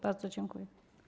Bardzo dziękuję.